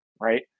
right